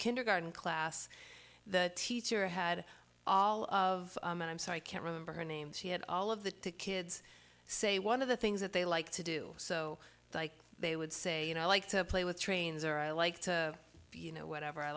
kindergarten class the teacher had all of and i'm sorry i can't remember her name she had all of the to kids say one of the things that they like to do so like they would say you know i like to play with trains or i like to you know whatever i